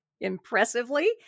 Impressively